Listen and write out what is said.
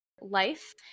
life